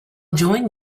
join